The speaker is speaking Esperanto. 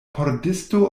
pordisto